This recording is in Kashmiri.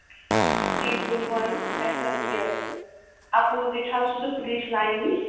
اَسہِ حظ چھُ کِلنِک پُلوامہِ تَتھ حظ یہِ اَپوزِٹ حظ چھُ سُہ پُلیٖس لانہِ نِش